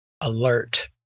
alert